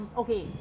okay